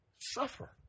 suffer